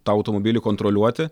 tą automobilį kontroliuoti